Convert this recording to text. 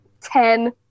Ten